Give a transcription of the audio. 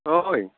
ओइ